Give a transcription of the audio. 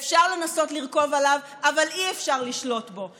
אפשר לנסות לרכוב עליו, אבל אי-אפשר לשלוט בו.